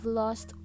lost